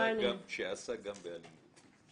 שעסק גם באלימות.